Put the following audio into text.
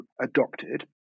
adopted